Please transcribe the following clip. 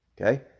Okay